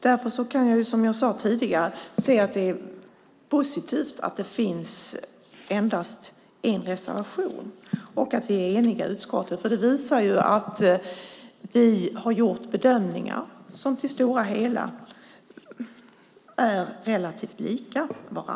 Därför kan jag, som jag sade tidigare, se att det är positivt att det finns endast en reservation och att vi är eniga i utskottet. Det visar att vi har gjort bedömningar som i det stora hela är relativt lika.